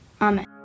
Amen